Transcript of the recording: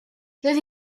roedd